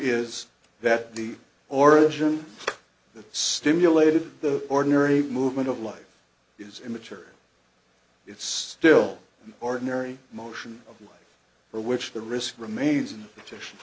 is that the origin that stimulated the ordinary movement of life is immaterial it's still ordinary motion for which the risk remains in the petition